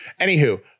anywho